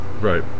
Right